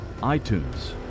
iTunes